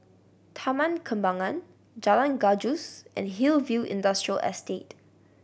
Taman Kembangan Jalan Gajus and Hillview Industrial Estate